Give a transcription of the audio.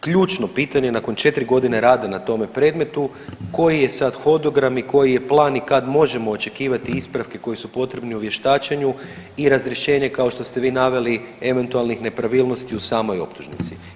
Ključno pitanje nakon 4 godine rada na tome predmetu, koji je sad hodogram i koji je plan i kad možemo očekivati ispravke koji su potrebni u vještačenju i razrješenje kao što ste vi naveli, eventualnih nepravilnosti u samoj optužnici?